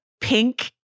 pink